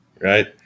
Right